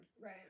Right